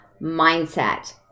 mindset